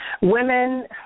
Women